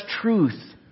truth